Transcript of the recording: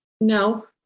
No